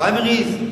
פריימריס?